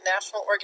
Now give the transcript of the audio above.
national